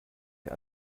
der